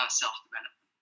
self-development